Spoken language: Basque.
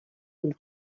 dute